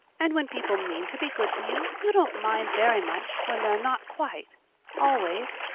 and when people mean to be good to you, you don't mind very much when they're not quite always.